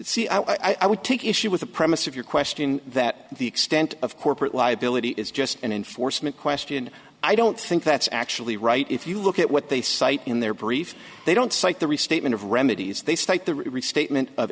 see i would take issue with the premise of your question that the extent of corporate liability is just an enforcement question i don't think that's actually right if you look at what they cite in their brief they don't cite the restatement of remedies they state the restatement of